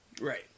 Right